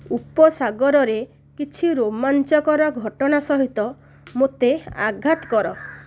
ଉପସାଗରରେ କିଛି ରୋମାଞ୍ଚକ ର ଘଟଣା ସହିତ ମୋତେ ଆଘାତ କର